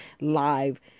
live